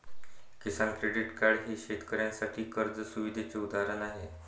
किसान credit card हे शेतकऱ्यांसाठी कर्ज सुविधेचे उदाहरण आहे